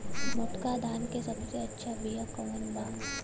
मोटका धान के सबसे अच्छा बिया कवन बा?